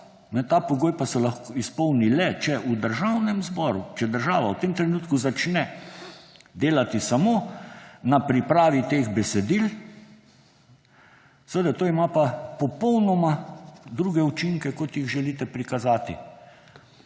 Ta pogoj pa se lahko izpolni le, če se v Državnem zboru, če država v tem trenutku začne delati samo na pripravi teh besedil. Seveda, to ima pa popolnoma druge učinke, kot jih želite prikazati.